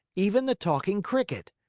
even the talking cricket.